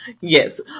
Yes